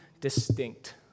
distinct